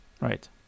Right